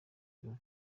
birori